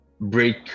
break